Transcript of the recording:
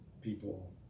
people